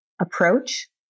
approach